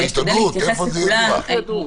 איפה זה ידוע?